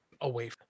away